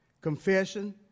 confession